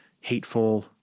hateful